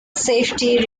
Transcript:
safety